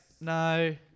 No